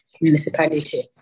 municipality